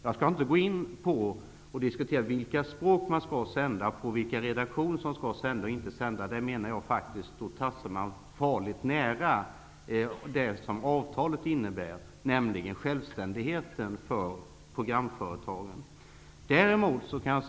Jag skall inte diskutera vilka språk man skall sända på eller vilka redaktioner som skall sända och inte sända -- det menar jag är att tassa farligt nära gränsen för vårt inflytande; avtalet innebär att programföretagen skall ha självständighet.